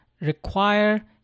require